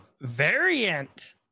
Variant